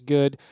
Good